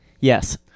Yes